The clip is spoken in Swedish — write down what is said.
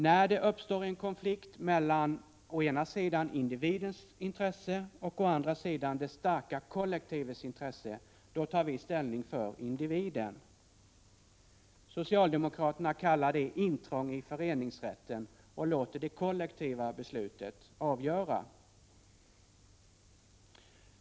När det uppstår en konflikt mellan å ena sidan individens intresse och å andra sidan det starka kollektivets intresse tar vi ställning för individen. Socialdemokraterna kallar det ”intrång i föreningsrätten” och låter det kollektiva beslutet avgöra.